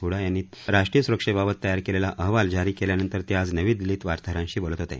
ह्डा यांनी राष्ट्रीय स्रक्षेबाबत तयार केलेला अहवाल जारी केल्यानंतर ते आज नवी दिल्लीत वार्ताहरांशी बोलत होते